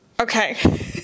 Okay